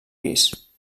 pis